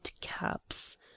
caps